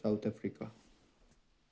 South Africa